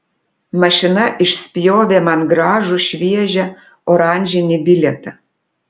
mašina išspjovė man gražų šviežią oranžinį bilietą